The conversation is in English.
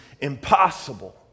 impossible